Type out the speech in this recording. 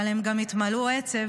אבל הם גם התמלאו עצב,